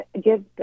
give